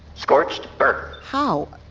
scorched earth how?